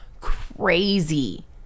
crazy